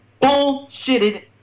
Bullshitted